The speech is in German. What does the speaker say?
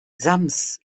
sams